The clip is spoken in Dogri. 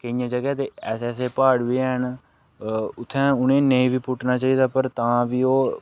केइयें जगहें ते ऐसे ऐसे प्हाड़ बी हैन उ'त्थें उ'नें ई नेईं बी पुट्टना चाहि्दा पर तां बी ओह्